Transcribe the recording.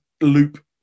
loop